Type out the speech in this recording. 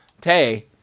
Tay